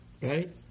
right